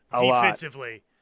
defensively